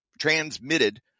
transmitted